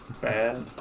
Bad